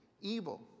evil